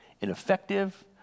ineffective